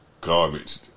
garbage